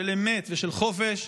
של אמת ושל חופש,